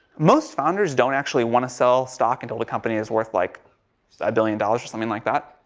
most founders don't actually want to sell stock until the company is worth, like a billion dollars or something like that.